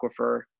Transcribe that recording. Aquifer